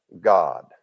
God